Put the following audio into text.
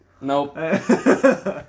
Nope